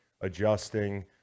adjusting